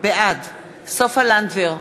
בעד סופה לנדבר,